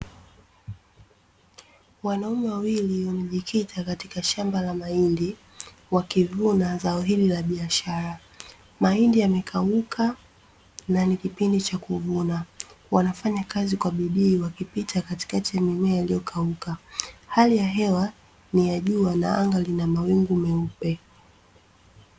Wanaume wawili wamejikita katika shamba la mahindi, wakivuna zao hili la biashara. Mahindi yamekauka na ni kipindi cha kuvuna, wanafanya kazi kwa bidii, wakipita katikati ya mimea iliyokauka. Hali ya hewa niya jua na anga lina mawingu meupe.